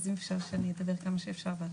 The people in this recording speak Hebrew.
אז אם אפשר שאדבר כמה שאפשר בהתחלה.